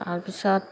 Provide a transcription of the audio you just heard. তাৰ পিছত